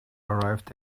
arrived